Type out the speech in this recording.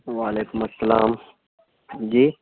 و علیکم السلام جی